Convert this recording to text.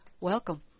Welcome